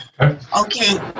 okay